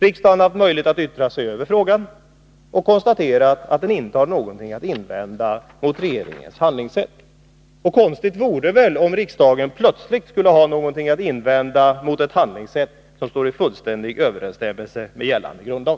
Riksdagen har haft möjlighet att yttra sig över frågan och har konstaterat att den inte har någonting att invända mot regeringens handlingssätt. Konstigt vore det väl f. ö. om riksdagen plötsligt skulle ha någonting att invända mot ett handlingssätt som står i fullständig överensstämmelse med gällande grundlag.